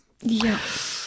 yes